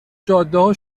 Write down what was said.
جادهها